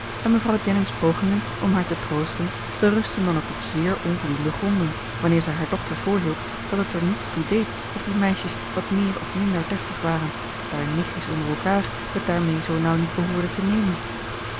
en mevrouw jennings pogingen om haar te troosten berustten dan ook op zeer onvoldoende gronden wanneer zij haar dochter voorhield dat het er niets toe deed of die meisjes wat meer of minder deftig waren daar nichtjes onder elkaar het daarmee zoo nauw niet behoorden te nemen